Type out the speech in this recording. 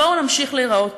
בואו נמשיך להיראות ככה,